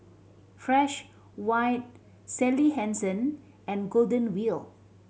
Fresh White Sally Hansen and Golden Wheel